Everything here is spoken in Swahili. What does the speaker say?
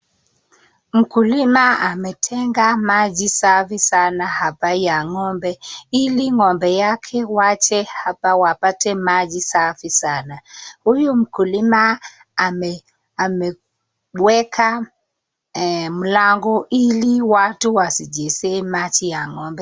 Mkulima ametenga maji safi sana hapa ya ng'ombe ili ng'ombe yake waje hapa wapate maji safi sana. Huyu mkulima ameweka mlango ili watu wasicheze maji ya ng'ombe.